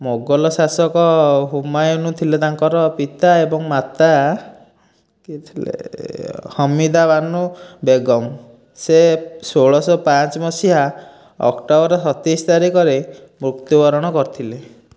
ମୋଗଲ ଶାସକ ହୁମାୟୁନ୍ ଥିଲେ ତାଙ୍କର ପିତା ଏବଂ ମାତା କିଏ ଥିଲେ ହମିଦାବାନୁ ବେଗମ ସେ ଷୋଳଶହ ପାଞ୍ଚ ମସିହା ଅକ୍ଟୋବର ସତେଇଶ ତାରିଖରେ ମୃତ୍ୟୁ ବରଣ କରିଥିଲେ